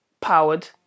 powered